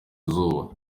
izuba